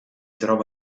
trova